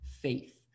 faith